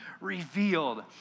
revealed